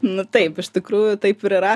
nu taip iš tikrųjų taip ir yra